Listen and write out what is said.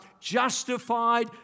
justified